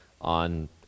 on